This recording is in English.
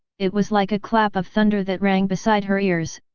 it was like a clap of thunder that rang beside her ears,